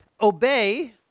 obey